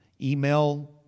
email